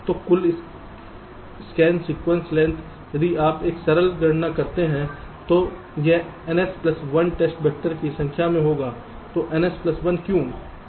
तो कुल scan sequence length यदि आप एक सरल गणना करते हैं तो यह ns प्लस 1 टेस्ट वैक्टर की संख्या में होगा तो ns प्लस 1 क्यों